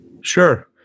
Sure